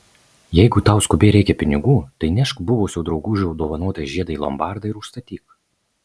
jeigu tau skubiai reikia pinigų tai nešk buvusio draugužio dovanotą žiedą į lombardą ir užstatyk